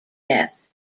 death